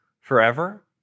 forever